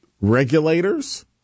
regulators